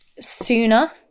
sooner